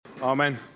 Amen